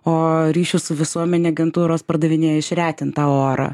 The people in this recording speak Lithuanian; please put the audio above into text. o ryšių su visuomene agentūros pardavinėja išretintą orą